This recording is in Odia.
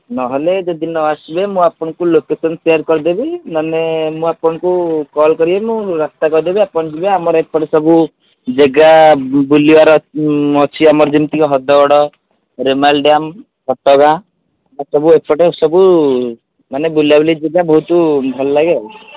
ନହେଲେ ଯଦି ନ ଆସିବେ ମୁଁ ଆପଣଙ୍କୁ ଲୋକେସନ୍ ସେୟାର୍ କରିଦେବି ନହେନେ ମୁଁ ଆପଣଙ୍କୁ କଲ୍ କରିବେ ମୁଁ ରାସ୍ତା କହିଦେବି ଆପଣ ଯିବେ ଆମର ଏପଟେ ସବୁ ଜାଗା ବୁଲିବାର ଅଛି ଆମର ଯେମିତିକି ହଦଗଡ଼ ରେମାଲ ଡ୍ୟାମ୍ ଘଟ ଗାଁ ଆଉ ସବୁ ଏପଟେ ସବୁ ମାନେ ବୁଲା ବୁଲି ଯେଗା ବହୁତ ଭଲ ଲାଗେ ଆଉ